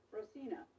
Rosina